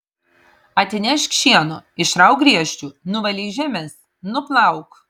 atnešk šieno išrauk griežčių nuvalyk žemes nuplauk